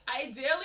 Ideally